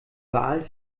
wahl